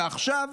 ועכשיו